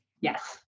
Yes